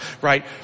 right